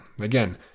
Again